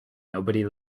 nobody